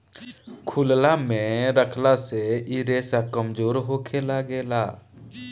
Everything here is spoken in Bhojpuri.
खुलला मे रखला से इ रेसा कमजोर होखे लागेला